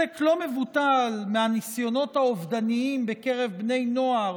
לא מבוטל מהניסיונות האובדניים בקרב בני נוער